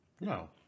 No